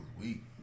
weak